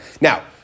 Now